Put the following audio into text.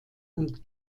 und